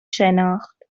شناخت